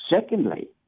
Secondly